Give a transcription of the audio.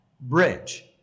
bridge